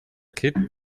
kid